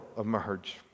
emerge